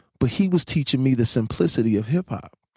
but he was teaching me the simplicity of hip hop,